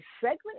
segment